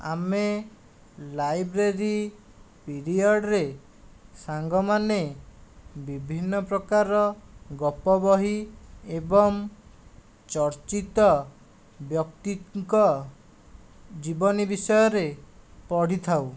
ଆମେ library period ରେ ସାଙ୍ଗମାନେ ବିଭିନ୍ନ ପ୍ରକାରର ଗପବହି ଏବଂ ଚର୍ଚିତ ବ୍ୟକ୍ତିଙ୍କ ଜୀବନୀ ବିଷୟରେ ପଢ଼ିଥାଉ